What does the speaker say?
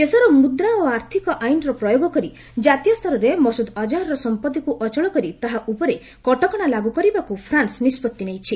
ଦେଶର ମୁଦ୍ରା ଓ ଆର୍ଥିକ ଆଇନର ପ୍ରୟୋଗ କରି କାତୀୟସ୍ତରରେ ମସୁଦ୍ ଅଜହରର ସମ୍ପତ୍ତିକୁ ଅଚଳ କରି ତାହା ଉପରେ କଟକଣା ଲାଗୁ କରିବାକୁ ଫ୍ରାନ୍ସ ନିଷ୍କଭି ନେଇଛି